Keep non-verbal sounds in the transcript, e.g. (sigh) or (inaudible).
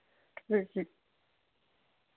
(unintelligible)